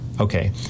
Okay